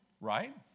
right